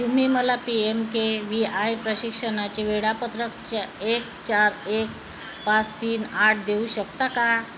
तुम्ही मला P M K V I प्रशिक्षणाचे वेळापत्रक चे एक चार एक पाच तीन आठ देऊ शकता का